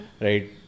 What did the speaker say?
Right